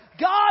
God